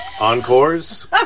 Encores